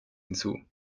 hinzu